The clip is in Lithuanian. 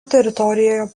teritorijoje